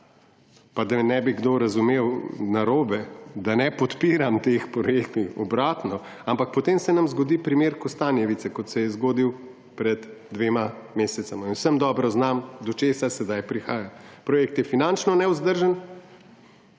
Pa da ne bi kdo razumel narobe, da ne podpiram teh projektov. Obratno! Ampak potem se nam zgodi primer Kostanjevice, kot se je zgodil pred dvema mesecema, in vsem dobro znano, do česa sedaj prihaja. Projekt je finančno nevzdržen,